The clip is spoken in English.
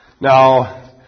Now